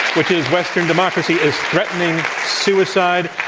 which is western democracy is threatening suicide.